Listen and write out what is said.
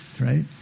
right